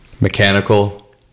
Mechanical